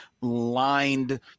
lined